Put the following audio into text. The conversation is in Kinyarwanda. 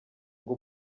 ngo